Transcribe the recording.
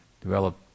develop